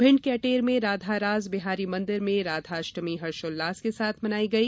भिंड के अटेर में राधा रास बिहारी मंदिर में राधाष्टमी हर्षोल्लास के साथ मनाई गई